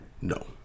No